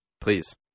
Please